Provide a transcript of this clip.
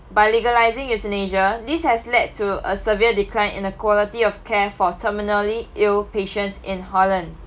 by legalising euthanasia this has led to a severe decline in the quality of care for terminally ill patients in Holland